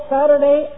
Saturday